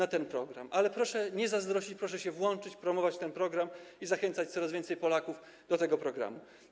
Ale proszę nie zazdrościć, proszę się włączyć, promować ten program i zachęcać coraz więcej Polaków do tego programu.